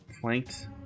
flanked